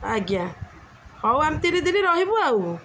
ଆଜ୍ଞା ହଉ ଆମେ ତିନି ଦିନି ରହିବୁ ଆଉ